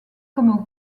comme